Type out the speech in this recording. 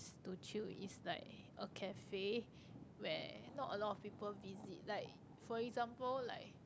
to chill is like a cafe where not a lot of people visit like for example like